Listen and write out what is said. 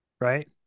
right